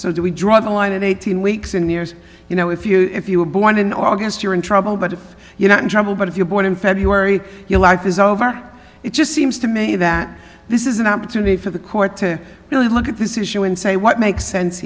so do we draw the line at eighteen weeks in the years you know if you if you're born in august you're in trouble but if you're not in trouble but if you're born in february your life is over it just seems to me that this is an opportunity for the court to really look at this issue and say what makes sense